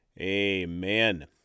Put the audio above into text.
Amen